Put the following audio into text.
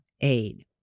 aid